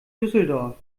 düsseldorf